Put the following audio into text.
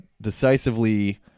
decisively